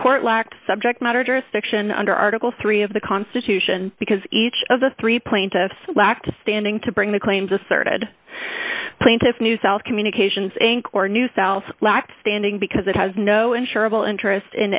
court lacked subject matter jurisdiction under article three of the constitution because each of the three plaintiffs lacked standing to bring the claims asserted plaintiffs new south communications inc or new south lacked standing because it has no insurable interest in